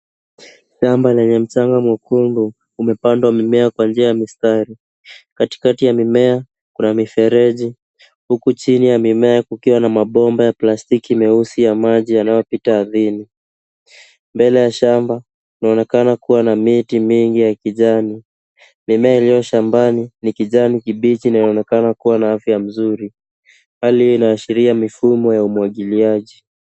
Shamba lenye mchanga mwekundu limepandwa mimea kwa njia ya mistari. Katikati ya mimea, kuna mifereji. Huku chini ya mimea kukiwa na mabomba ya plastiki meusi ya maji yanayopita ardhini. Mbele ya shamba, kunaonekana kuwa na miti mingi ya kijani. Mimea iliyoko shambani ni ya kijani kibichi na inaonekana kuwa na afya nzuri. Hali inaashiria mfumo wa umwagiliaji.